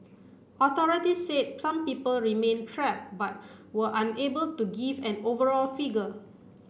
authorities said some people remained trap but were unable to give an overall figure